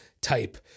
type